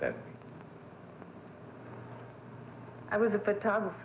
that i was a photographer